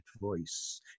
voice